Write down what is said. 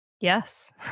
Yes